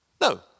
No